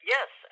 Yes